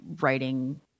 writing